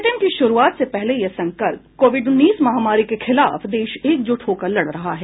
bulletin की शुरूआत से पहले ये संकल्प कोविड उन्नीस महामारी के खिलाफ देश एकजुट होकर लड़ रहा है